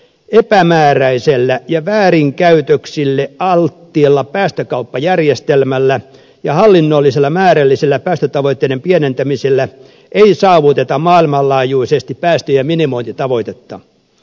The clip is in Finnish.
epämääräisellä ja väärinkäytöksille alttiilla päästökauppajärjestelmällä ja hallinnollisella määrällisellä päästötavoitteiden pienentämisellä ei saavuteta maailmanlaajuisesti päästöjen minimointitavoitetta